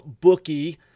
Bookie